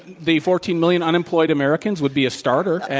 the fourteen million unemployed americans would be a starter.